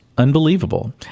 unbelievable